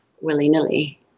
willy-nilly